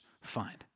find